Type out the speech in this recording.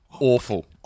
Awful